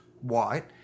white